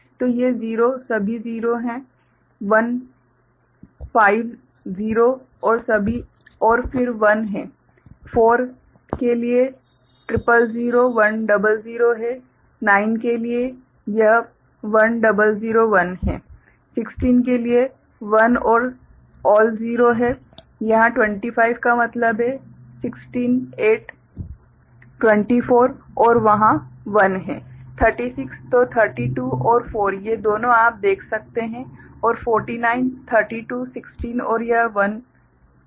तो 0 सभी 0 है 1 पांच 0 और फिर 1 है 4 000100 है 9 यह 1001 है 16 1 और सभी 0 है यहाँ 25 का मतलब है 16 8 24 और वहाँ 1 है 36 तो 32 और 4 ये दोनो आप देख सकते हैं और 49 32 16 और यह 1 है ठीक है